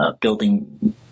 building